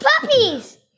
Puppies